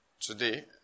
today